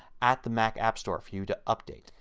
at the mac app store for you to update.